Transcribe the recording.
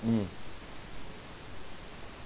mm